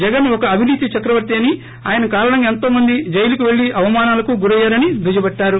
జగన్ ఒక అవినీతి చక్రవర్తి అని ఆయన కారణంగా ఎంతో మంది జైలుకు పెళ్ళి అవమానాలకు గురయ్యారని దుయ్యబట్టారు